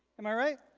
am i right?